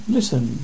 Listen